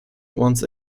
once